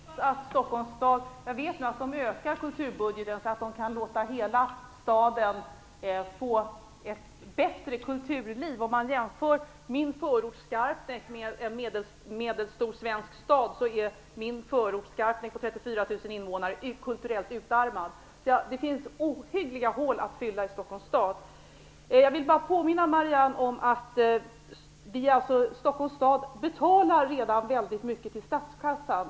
Herr talman! Det tycker jag också. Jag hoppas att Stockholms stad ökar kulturbudgeten - vilket jag vet att man nu gör - så att hela staden kan få ett bättre kulturliv. Om man jämför min förort Skarpnäck med en medelstor svensk stad är Skarpnäck med 34 000 invånare helt kulturellt utarmat. Så det finns ohyggligt stora hål att fylla i Stockholms stad. Jag vill bara påminna Marianne Andersson om att Stockholms stad redan betalar väldigt mycket till statskassan.